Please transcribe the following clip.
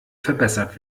verbessert